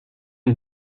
une